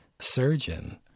surgeon